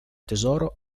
tesoro